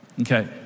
Okay